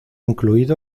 incluido